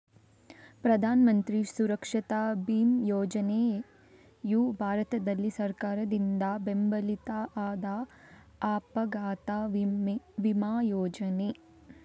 ಪ್ರಧಾನ ಮಂತ್ರಿ ಸುರಕ್ಷಾ ಬಿಮಾ ಯೋಜನೆಯು ಭಾರತದಲ್ಲಿ ಸರ್ಕಾರದಿಂದ ಬೆಂಬಲಿತ ಆದ ಅಪಘಾತ ವಿಮಾ ಯೋಜನೆ